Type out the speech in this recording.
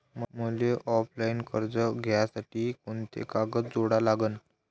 मले ऑफलाईन कर्ज घ्यासाठी कोंते कागद जोडा लागन?